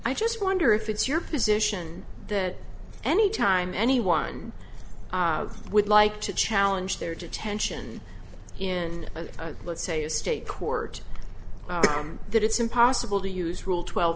i just wonder if it's your position that any time anyone would like to challenge their detention in a let's say a state court that it's impossible to use rule twelve